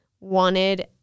wanted